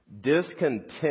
Discontent